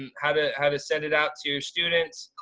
and how to how to send it out to students.